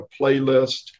playlist